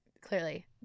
clearly